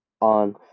on